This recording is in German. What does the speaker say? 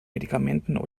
medikamenten